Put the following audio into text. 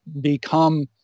become